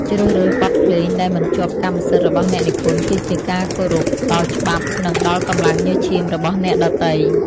ជ្រើសរើសបទភ្លេងដែលមិនជាប់កម្មសិទ្ធិរបស់អ្នកនិពន្ធគឺជាការគោរពដល់ច្បាប់ និងដល់កម្លាំងញើសឈាមរបស់អ្នកដទៃ។